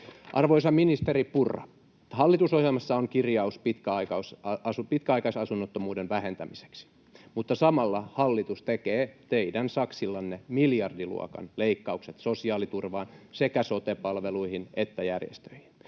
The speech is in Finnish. Arvoisa ministeri Purra, hallitusohjelmassa on kirjaus pitkäaikaisasunnottomuuden vähentämiseksi, mutta samalla hallitus tekee teidän saksillanne miljardiluokan leikkaukset sekä sosiaaliturvaan että sote-palveluihin ja ‑järjestöihin.